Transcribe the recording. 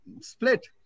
split